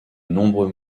nombreux